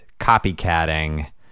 copycatting